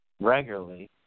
regularly